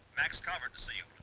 max calvert to see you,